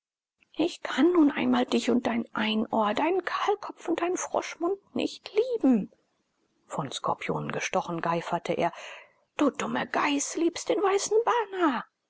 ich kann nun einmal dich und dein einohr deinen kahlkopf und deinen froschmund nicht lieben von skorpionen gestochen geiferte er du dumme geis liebst den weißen bana